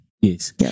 yes